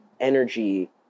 energy